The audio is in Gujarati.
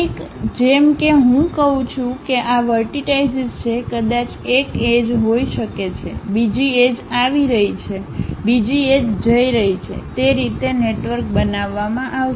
કંઈક જેમ કે હું કહું છું કે આ વર્ટિટાઈશીસ છે કદાચ એક એજ હોઈ શકે છે બીજી એજ આવી રહી છે બીજી એજ જઈ રહી છે તે રીતે નેટવર્ક બનાવવામાં આવશે